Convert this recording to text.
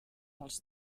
els